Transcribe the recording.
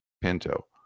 Pinto